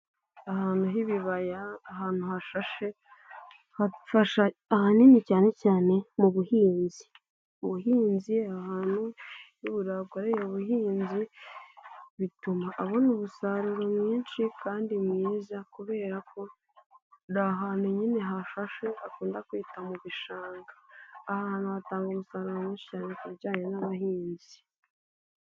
Ahantu h'ibibaya, ahantu hashashe, hafasha ahanini cyane cyane mubuhizi. Ubuhinzi aho hantu iyo umuntu ahakoreye ubuhinzi, bituma abona umusaruro mwinshi kandi mwiza, kubera ko ni ahantu nyine hashashe bakunda kwita mu gishanga. Aha hantu hatanga umusaruro mwinshi cyane kubujyanye n'abahinzi.